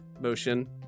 motion